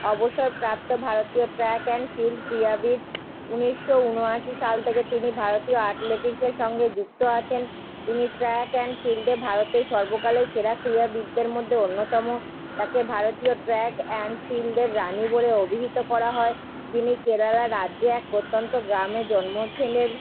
অবসরপ্রাপ্ত ভারতীয় track and field ক্রীড়াবিদ উনিশশো উনআশি সাল থেকে তিনি ভারতীয় অ্যাথলেটিক্সের সঙ্গে যুক্ত আছেন তিনি ট্র্যাক অ্যান্ড ফিল্ডে ভারতের সর্বকালের সেরা ক্রীড়াবিদদের মধ্যে অন্যতম তাকে ভারতীয় ট্র্যাক অ্যান্ড ফিল্ডের রানি বলে অভিহিত করা হয় তিনি কেরালার রাজ্যে এক প্রত্যন্ত গ্রামে জন্মছিলেন